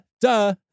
duh